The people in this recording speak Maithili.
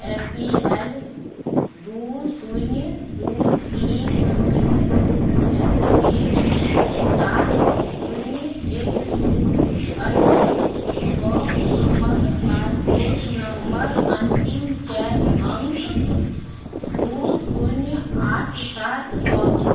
ए पी एल दुइ शून्य दुइ तीन शून्य चारि एक सात शून्य एक शून्य अछि आओर हमर आओर हमर पासपोर्ट नम्बर अन्तिम चारि अङ्क दुइ शून्य आठ सात अछि